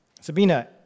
Sabina